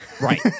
right